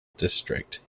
district